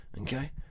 okay